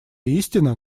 истина